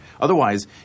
Otherwise